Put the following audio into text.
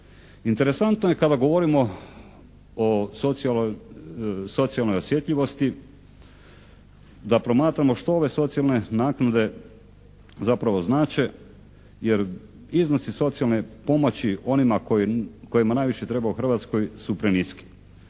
Interesantno je kada govorimo o socijalnoj osjetljivosti da promatramo što ove socijalne naknade zapravo znače jer iznosi socijalne pomoći onima kojima najviše treba u Hrvatskoj su preniski.